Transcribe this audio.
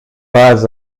pas